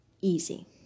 easy